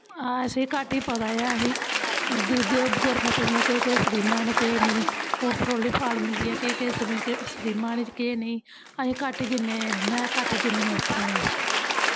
हां असेंगी घट्ट गै पता ऐ गौरमैंट दियां केह् केह् स्कीमां न केह् नेईं होर पोल्ट्री फार्म दियां केह् केह् स्कीमां न केह् नेईं अस घट्ट गै जन्ने में घट्ट गै जन्नी आं उप्पर